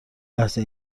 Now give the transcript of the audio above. لحظه